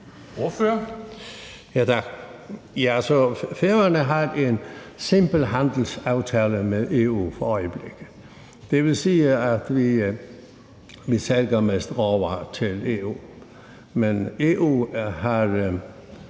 (SP): Tak. Færøerne har en simpel handelsaftale med EU for øjeblikket. Det vil sige, at vi mest sælger råvarer til EU. Men EU har